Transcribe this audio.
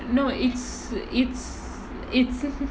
no it's it's it's